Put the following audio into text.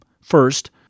First